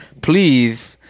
please